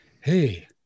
hey